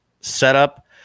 setup